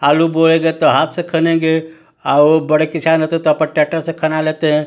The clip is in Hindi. आलू बोएंगे तो हाथ से कनेंगे ओ बड़े किसान होते तो अपन ट्रैक्टर से कना लेते हैं